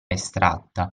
estratta